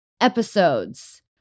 episodes